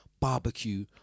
Barbecue